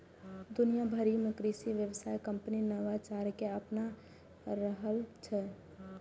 दुनिया भरि मे कृषि व्यवसाय कंपनी नवाचार कें अपना रहल छै